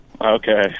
Okay